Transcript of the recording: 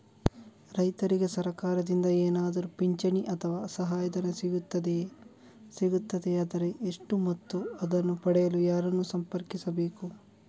ರೈತರಿಗೆ ಸರಕಾರದಿಂದ ಏನಾದರೂ ಪಿಂಚಣಿ ಅಥವಾ ಸಹಾಯಧನ ಸಿಗುತ್ತದೆಯೇ, ಸಿಗುತ್ತದೆಯಾದರೆ ಎಷ್ಟು ಮತ್ತು ಅದನ್ನು ಪಡೆಯಲು ಯಾರನ್ನು ಸಂಪರ್ಕಿಸಬೇಕು?